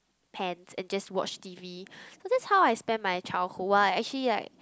pants and just watch T_V so that's how I spent my childhood while I actually like